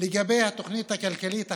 לגבי התוכנית הכלכלית החדשה,